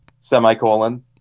semicolon